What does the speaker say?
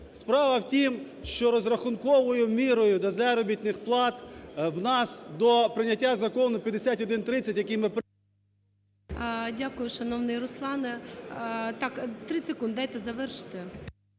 справа в тім, що розрахунковою мірою для заробітних плат в нас до прийняття Закону 5130, який ми… ГОЛОВУЮЧИЙ. Дякую, шановний Руслане. Так, 30 секунд дайте завершити.